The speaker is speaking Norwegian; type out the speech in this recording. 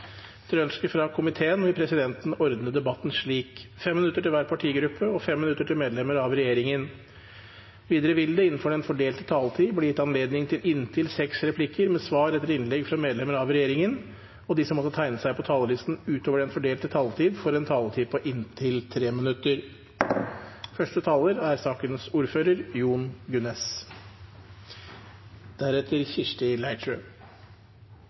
Etter ønske fra kommunal- og forvaltningskomiteen vil presidenten ordne debatten slik: 3 minutter til hver partigruppe og 3 minutter til medlemmer av regjeringen. Videre vil det – innenfor den fordelte taletid – bli gitt anledning til inntil seks replikker med svar etter innlegg fra medlemmer av regjeringen, og de som måtte tegne seg på talerlisten utover den fordelte taletid, får også en taletid på inntil 3 minutter.